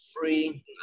free